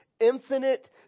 infinite